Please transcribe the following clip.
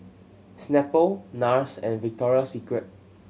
Snapple Nars and Victoria Secret